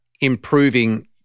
improving